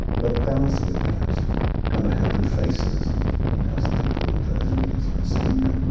but balanced with that are the happy faces of most people that go through this procedure.